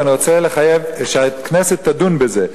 ואני רוצה שהכנסת תדון בזה,